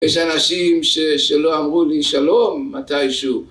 יש אנשים שלא אמרו לי שלום מתישהו.